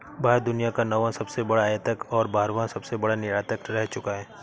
भारत दुनिया का नौवां सबसे बड़ा आयातक और बारहवां सबसे बड़ा निर्यातक रह चूका है